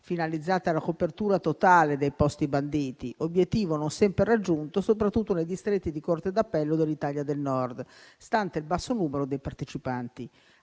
finalizzate alla copertura totale dei posti banditi, obiettivo non sempre raggiunto soprattutto nei distretti di corte d'appello dell'Italia del Nord, stante il basso numero dei partecipanti.